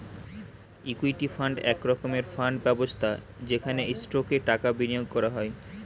equity fund এক রকমের fund ব্যবস্থা যেখানে স্টকে টাকা বিনিয়োগ করা হয়